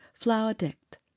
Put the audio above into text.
Flower-decked